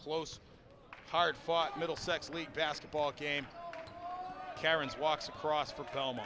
close hard fought middlesex league basketball game karens walks across from